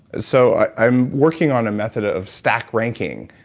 so i'm working on a method ah of stack ranking.